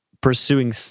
pursuing